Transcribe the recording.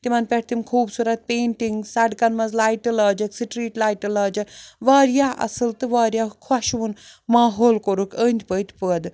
تِمن پٮ۪ٹھ تِم خوٗبصوٗرت پینٹِنٛگ سڑکَن منٛز لایٹہٕ لٲجیٚکھ سٹریٖٹ لایٹہِ لٲجیٚکھ واریاہ اصٕل تہٕ واریاہ خۄشوُن ماحول کوٚرُکھ أنٛدۍ پٔکۍ پٲدٕ